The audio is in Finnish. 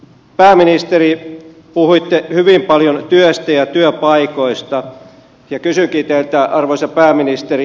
pääministeri puhuitte hyvin paljon työstä ja työpaikoista ja kysynkin teiltä arvoisa pääministeri